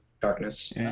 Darkness